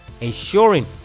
ensuring